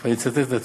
אני אביא את הציטוט: